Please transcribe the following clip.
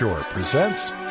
presents